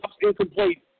incomplete